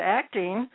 acting